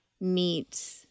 meet